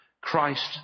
Christ